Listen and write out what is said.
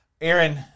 Aaron